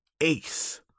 ace